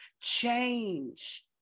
change